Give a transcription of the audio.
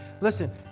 Listen